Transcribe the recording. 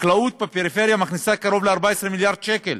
החקלאות בפריפריה מכניסה קרוב ל-14 מיליארד שקל.